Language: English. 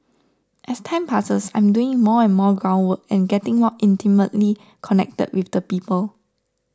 as time passes I'm doing more and more ground work and getting more intimately connected with the people